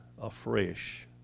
afresh